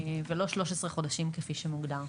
ולא 13 חודשים כפי שמוגדר.